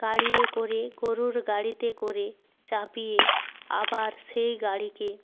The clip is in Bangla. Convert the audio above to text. গাড়ি করে গরুর গাড়িতে করে চাপিয়ে আবার সেই গাড়িকে